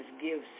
gives